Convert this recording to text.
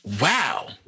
wow